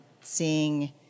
seeing